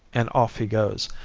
and off he goes,